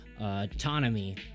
autonomy